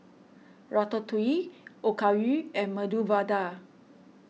Ratatouille Okayu and Medu Vada